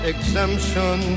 Exemption